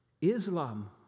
Islam